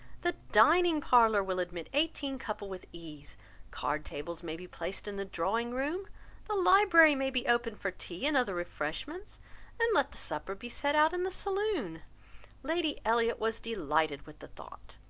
the dining parlour will admit eighteen couple with ease card-tables may be placed in the drawing-room the library may be open for tea and other refreshments and let the supper be set out in the saloon lady elliott was delighted with the thought.